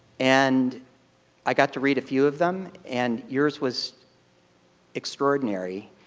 and i got to read a few of them, and yours was extraordinary,